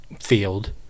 field